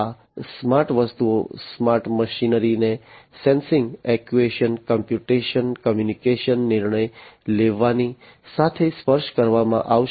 આ સ્માર્ટ વસ્તુઓ સ્માર્ટ મશીનરીને સેન્સિંગ એક્ટ્યુએશનકોમ્પ્યુટેશનcomputationકોમ્યુનિકેશન નિર્ણય લેવાની સાથે સ્પર્શ કરવામાં આવશે